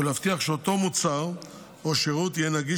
ולהבטיח שאותו מוצר או שירות יהיו נגישים